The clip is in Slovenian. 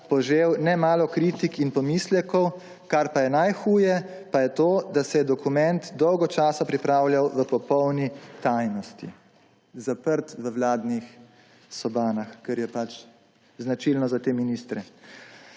požel nemalo kritik in pomislekov, kar pa je najhuje, pa je to, da se je dokument dolgo časa pripravljal v popolni tajnosti, zaprt v vladnih sobanah, kar je pač značilno za te ministre.